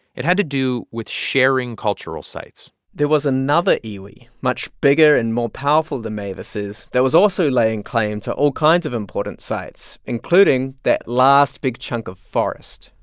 it had to do with sharing cultural sites there was another iwi much bigger and more powerful than mavis' that was also laying claim to all kinds of important sites, including that last big chunk of forest,